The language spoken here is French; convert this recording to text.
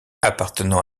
appartenant